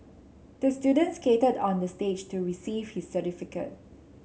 the student skated on the stage to receive his certificate